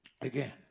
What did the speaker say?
again